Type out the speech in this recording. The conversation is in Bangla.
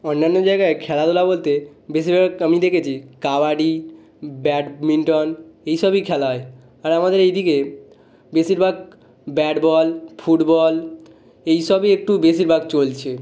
অন্যান্য জায়গায় খেলাধূলা বলতে বেশিরভাগ আমি দেখেছি কাবাডি ব্যাডমিন্টন এই সবই খেলা হয় আর আমাদের এই দিকে বেশিরভাগ ব্যাট বল ফুটবল এই সবই একটু বেশিরভাগ চলছে